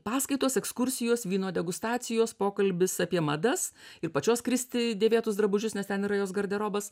paskaitos ekskursijos vyno degustacijos pokalbis apie madas ir pačios kristi dėvėtus drabužius nes ten yra jos garderobas